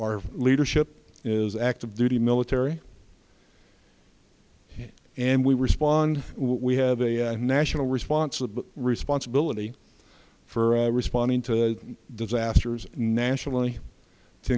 our leadership is active duty military and we respond we have a national response of responsibility for responding to disasters nationally to